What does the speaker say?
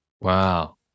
Wow